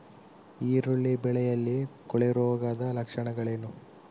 ಈರುಳ್ಳಿ ಬೆಳೆಯಲ್ಲಿ ಕೊಳೆರೋಗದ ಲಕ್ಷಣಗಳೇನು?